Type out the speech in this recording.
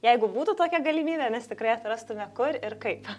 jeigu būtų tokia galimybė mes tikrai atrastume kur ir kaip